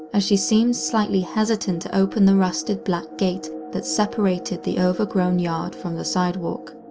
as she seemed slightly hesitant to open the rusted black gate that separated the overgrown yard from the sidewalk.